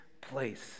place